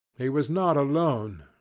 he was not alone,